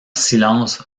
silence